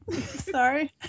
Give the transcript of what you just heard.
sorry